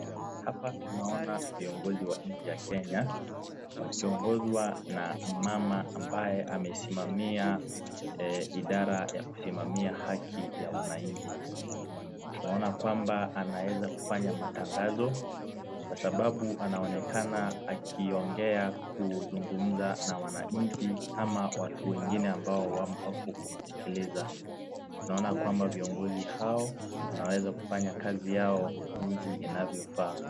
Hapa tunaona viongozi wa nchi ya Kenya, wakiongozwa na mama ambaye amesimamia idara ya kusimamia haki ya wananchi. Tunaona kwamba anaweza kufanya matangazo kwa sababu anaonekana akiongea kuzungumza na wananchi ama watu wengine ambao wako kumsikiliza. Tunaona kwamba viongozi hao wanaezakufanya kazi kwa jinsi inavyofaa.